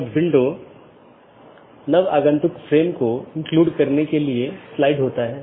इन मार्गों को अन्य AS में BGP साथियों के लिए विज्ञापित किया गया है